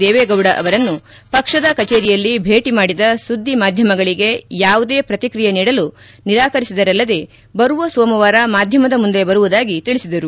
ದೇವೇಗೌಡ ಅವರನ್ನು ಪಕ್ಷದ ಕಚೇರಿಯಲ್ಲಿ ಭೇಟ ಮಾಡಿದ ಸುದ್ದಿ ಮಾಧ್ಯಮಗಳಿಗೆ ಯಾವುದೇ ಶ್ರತಿಕ್ರಿಯೆ ನೀಡಲು ನಿರಾಕರಿಸಿದರಲ್ಲದೆ ಬರುವ ಸೋಮವಾರ ಮಾಧ್ಯಮದ ಮುಂದೆ ಬರುವುದಾಗಿ ತಿಳಿಸಿದರು